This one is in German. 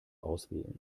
auswählen